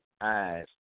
eyes